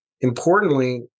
Importantly